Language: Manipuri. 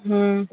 ꯎꯝ